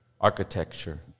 architecture